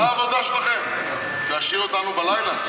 זו העבודה שלכם, להשאיר אותנו בלילה?